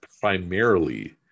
primarily